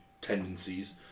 tendencies